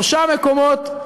שלושה מקומות,